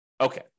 Okay